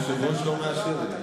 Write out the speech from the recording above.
היושב-ראש לא מאשר את זה.